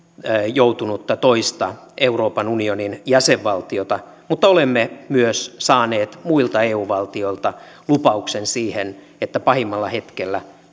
joutunutta toista euroopan unionin jäsenvaltiota mutta olemme myös saaneet muilta eu valtioilta lupauksen siihen että pahimmalla hetkellä